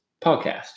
podcast